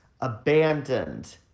abandoned